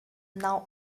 now